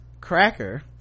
cracker